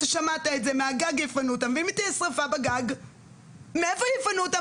אתה שמעת את זה-מהגג יפנו אותם ואם תהיה שריפה מאיפה יפנו אותם?